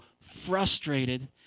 frustrated